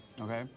okay